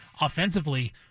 offensively